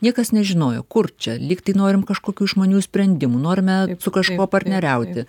niekas nežinojo kur čia lygtai norim kažkokių išmanių sprendimų norime su kažkuo partneriauti